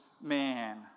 man